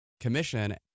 commission